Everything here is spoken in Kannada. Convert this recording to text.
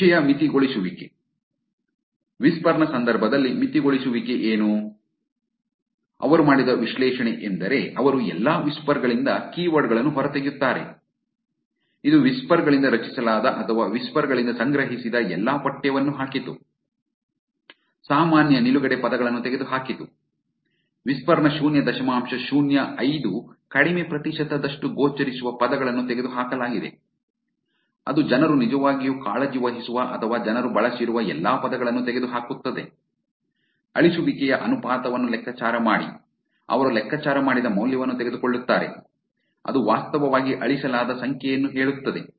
ವಿಷಯ ಮಿತಗೊಳಿಸುವಿಕೆ ಆದ್ದರಿಂದ ವಿಸ್ಪರ್ ನ ಸಂದರ್ಭದಲ್ಲಿ ಮಿತಗೊಳಿಸುವಿಕೆ ಏನು ಅವರು ಮಾಡಿದ ವಿಶ್ಲೇಷಣೆಯೆಂದರೆ ಅವರು ಎಲ್ಲಾ ವಿಸ್ಪರ್ ಗಳಿಂದ ಕೀವರ್ಡ್ ಗಳನ್ನು ಹೊರತೆಗೆಯುತ್ತಾರೆ ಇದು ವಿಸ್ಪರ್ ಗಳಿಂದ ರಚಿಸಲಾದ ಅಥವಾ ವಿಸ್ಪರ್ ಗಳಿಂದ ಸಂಗ್ರಹಿಸಿದ ಎಲ್ಲಾ ಪಠ್ಯವನ್ನು ಹಾಕಿತು ಸಾಮಾನ್ಯ ನಿಲುಗಡೆ ಪದಗಳನ್ನು ತೆಗೆದುಹಾಕಿತು ವಿಸ್ಪರ್ ನ ಶೂನ್ಯ ದಶಮಾಂಶ ಶೂನ್ಯ ಐದು ಕಡಿಮೆ ಪ್ರತಿಶತದಷ್ಟು ಗೋಚರಿಸುವ ಪದಗಳನ್ನು ತೆಗೆದುಹಾಕಲಾಗಿದೆ ಅದು ಜನರು ನಿಜವಾಗಿಯೂ ಕಾಳಜಿವಹಿಸುವ ಅಥವಾ ಜನರು ಬಳಸಿರುವ ಎಲ್ಲಾ ಪದಗಳನ್ನು ತೆಗೆದುಹಾಕುತ್ತದೆ ಅಳಿಸುವಿಕೆಯ ಅನುಪಾತವನ್ನು ಲೆಕ್ಕಾಚಾರ ಮಾಡಿ ಅವರು ಲೆಕ್ಕಾಚಾರ ಮಾಡಿದ ಮೌಲ್ಯವನ್ನು ತೆಗೆದುಕೊಳ್ಳುತ್ತಾರೆ ಅದು ವಾಸ್ತವವಾಗಿ ಅಳಿಸಲಾದ ಸಂಖ್ಯೆಯನ್ನು ಹೇಳುತ್ತದೆ